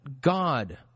God